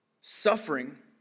suffering